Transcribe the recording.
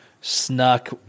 snuck